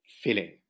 feeling